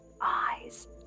eyes